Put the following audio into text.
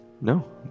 No